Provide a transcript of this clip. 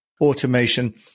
automation